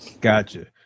Gotcha